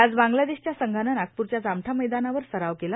आज बांग्लादेशच्या संघानं नागपूरच्या जामवा मैदानावर सराव केला